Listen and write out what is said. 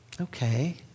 Okay